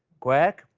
quack?